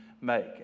make